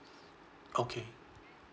okay